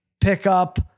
pickup